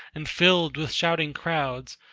and filled with shouting crowds,